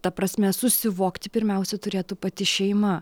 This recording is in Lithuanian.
ta prasme susivokti pirmiausia turėtų pati šeima